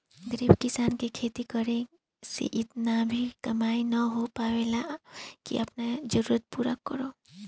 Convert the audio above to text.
गरीब किसान के खेती करे से इतना भी कमाई ना हो पावेला की आपन जरूरत पूरा करो